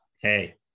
hey